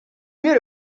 mieux